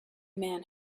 man